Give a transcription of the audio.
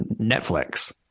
Netflix